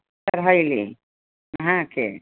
चढ़यली नहा कऽ